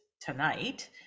tonight